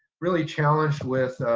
really challenged with